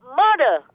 murder